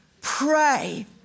pray